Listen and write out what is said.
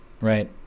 right